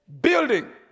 building